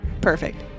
perfect